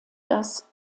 das